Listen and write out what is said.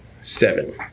Seven